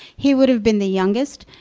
he would have been the youngest.